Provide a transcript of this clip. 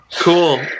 Cool